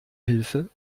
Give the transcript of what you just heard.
hilfe